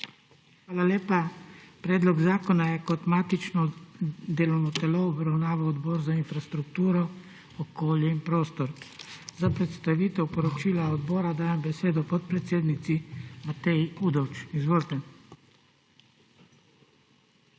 Hvala lepa. Predlog zakona je kot matično delovno telo obravnaval Odbor za infrastrukturo, okolje in prostor. Za predstavitev poročila odbora dajem besedo podpredsednici Mateji Udovč. Izvolite.